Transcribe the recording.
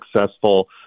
successful